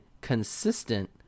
consistent